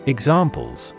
Examples